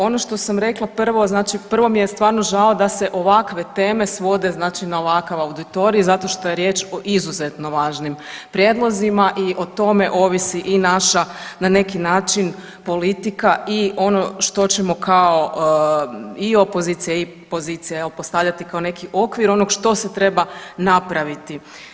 Ono što sam rekla prvo znači prvo mi je stvarno žao da se ovakve teme svode znači na ovakav auditorij zato što je riječ o izuzetno važnim prijedlozima i o tome ovisi i naša na neki način politika i ono što ćemo kao i opozicija i pozicija evo postavljati kao neki okvir onog što se treba napraviti.